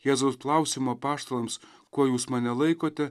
jėzaus klausimo apaštalams kuo jūs mane laikote